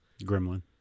gremlin